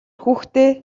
хүүхдээ